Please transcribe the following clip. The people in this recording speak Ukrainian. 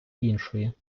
іншої